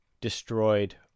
destroyed